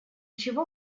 чего